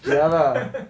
ya lah